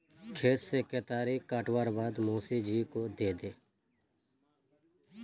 खेत से केतारी काटवार बाद मोसी जी को दे दे